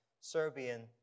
Serbian